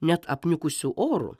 net apniukusiu oru